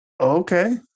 Okay